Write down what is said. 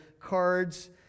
cards